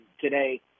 today